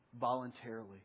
voluntarily